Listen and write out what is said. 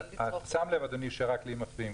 אתה שם לב, אדוני, שרק לי מפריעים.